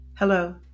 Hello